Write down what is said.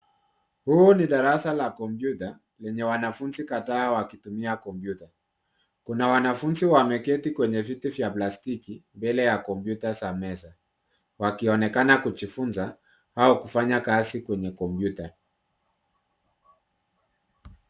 Huu ni darasa la kompyuta lenye wanafunzi kadhaa wakitumia kompyuta. Kuna wanafunzi wameketi kwenye viti vya plastiki mbele ya kompyuta za meza wakionekana kujifunza au kufanya kazi kwenye kompyuta.